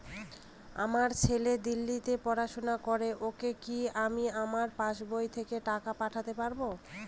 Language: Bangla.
আমার ছেলে দিল্লীতে পড়াশোনা করে ওকে কি আমি আমার পাসবই থেকে টাকা পাঠাতে পারব?